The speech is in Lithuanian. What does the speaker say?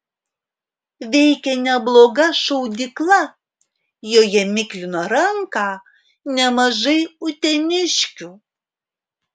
veikė nebloga šaudykla joje miklino ranką nemažai uteniškių